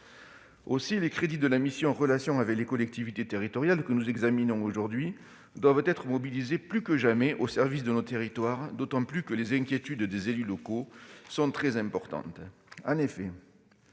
Aussi, les crédits de la mission « Relations avec les collectivités territoriales » que nous examinons aujourd'hui doivent être mobilisés plus que jamais au service de nos territoires, d'autant que les inquiétudes des élus locaux sont très importantes. En effet,